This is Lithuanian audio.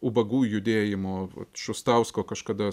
ubagų judėjimo vat šustausko kažkada